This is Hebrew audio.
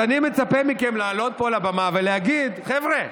אז אני מצפה מכם לעלות פה לבמה ולהגיד: חבר'ה,